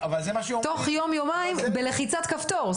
תוך יום-יומיים בלחיצת כפתור.